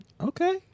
Okay